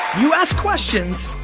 you ask questions,